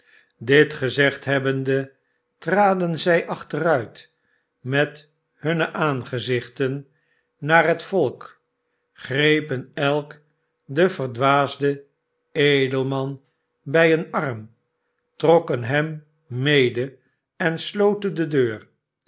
dit gezegd hebbende traden zij achteruit met hunne aangezichten naar het volk grepen elk den verdwaasden edelman bij een arm trokken hem mede en sloten de deur